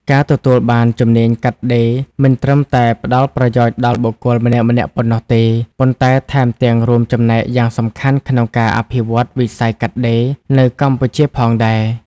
ការទទួលបានជំនាញកាត់ដេរមិនត្រឹមតែផ្តល់ប្រយោជន៍ដល់បុគ្គលម្នាក់ៗប៉ុណ្ណោះទេ ប៉ុន្តែថែមទាំងរួមចំណែកយ៉ាងសំខាន់ក្នុងការ អភិវឌ្ឍវិស័យកាត់ដេរ នៅកម្ពុជាផងដែរ។